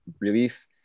relief